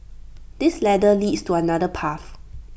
this ladder leads to another path